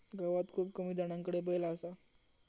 गावात खूप कमी जणांकडे बैल असा